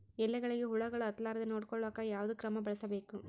ಎಲೆಗಳಿಗ ಹುಳಾಗಳು ಹತಲಾರದೆ ನೊಡಕೊಳುಕ ಯಾವದ ಕ್ರಮ ಬಳಸಬೇಕು?